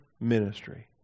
ministry